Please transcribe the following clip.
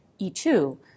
E2